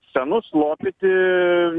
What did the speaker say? senus lopyti